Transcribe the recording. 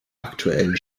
aktuellen